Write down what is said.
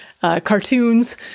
cartoons